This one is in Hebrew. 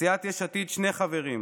סיעת יש עתיד, שני חברים,